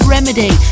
Remedy